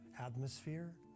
atmosphere